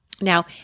Now